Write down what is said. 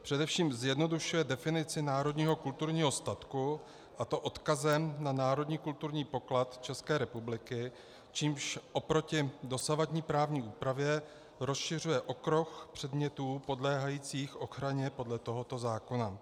Především zjednodušuje definici národního kulturního statku, a to odkazem na národní kulturní poklad České republiky, čímž oproti dosavadní právní úpravě rozšiřuje okruh předmětů podléhajících ochraně podle tohoto zákona.